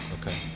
Okay